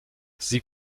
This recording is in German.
sie